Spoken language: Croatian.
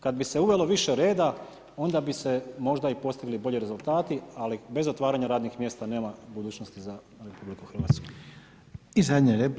Kad bi se uvelo više reda, onda bi se možda i postigli bolji rezultati ali bez otvaranja radnih mjesta nema budućnosti za RH.